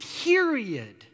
period